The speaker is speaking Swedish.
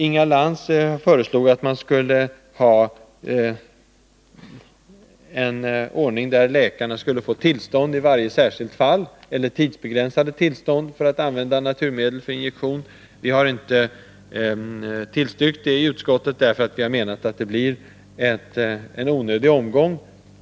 Inga Lantz föreslog att man skulle kräva tidsbegränsat tillstånd för varje läkare som skall få använda naturmedel för injektion. Utskottet har inte tillstyrkt det förslaget, eftersom vi menar att det blir en onödig omgång.